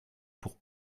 pour